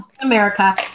America